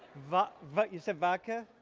but but you said vodka?